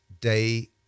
day